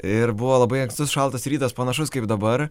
ir buvo labai ankstus šaltas rytas panašus kaip dabar